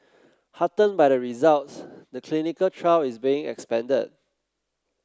heartened by the results the clinical trial is being expanded